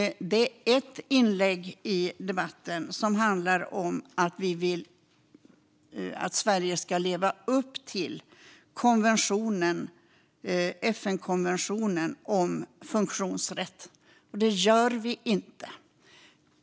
Det är ett inlägg i debatten som handlar om att vi vill att Sverige ska leva upp till FN-konventionen om funktionsrätt. Det gör vi inte i dag.